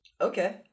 Okay